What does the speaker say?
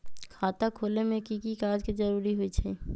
खाता खोले में कि की कागज के जरूरी होई छइ?